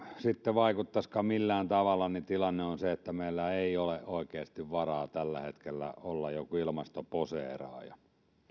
sitten vaikuttaisikaan siihen millään tavalla niin tilanne on se että meillä ei ole oikeasti varaa tällä hetkellä olla joku ilmastoposeeraaja